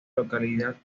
localidad